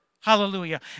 Hallelujah